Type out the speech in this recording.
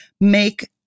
make